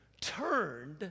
turned